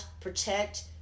protect